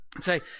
say